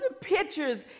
pictures